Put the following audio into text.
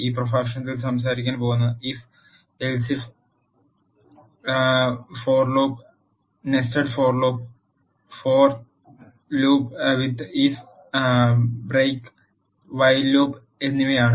ഈ പ്രഭാഷണത്തിൽ സംസാരിയ്ക്കാൻ പോകുന്നത് if else if constructs for loop nested for loop for loop with if break while loop എന്നിവ ആണ്